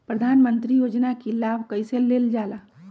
प्रधानमंत्री योजना कि लाभ कइसे लेलजाला?